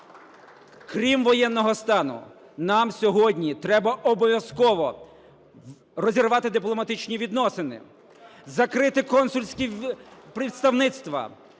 Крім воєнного стану, нам сьогодні треба обов'язково розірвати дипломатичні відносини, закрити консульські представництва.